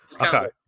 Okay